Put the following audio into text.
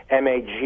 mag